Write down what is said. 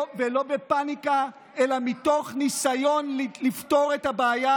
בפניקה אלא מתוך ניסיון לפתור את הבעיה,